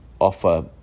offer